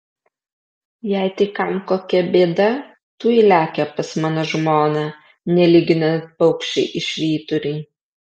jei tik kam kokia bėda tuoj lekia pas mano žmoną nelyginant paukščiai į švyturį